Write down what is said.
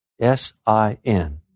S-I-N